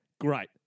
great